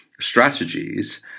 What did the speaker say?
strategies